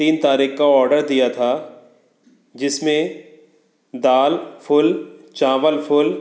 तीन तारीख़ का आर्डर दिया था जिसमें दाल फुल चावल फुल